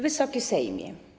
Wysoki Sejmie!